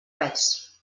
res